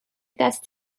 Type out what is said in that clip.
دست